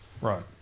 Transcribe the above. Right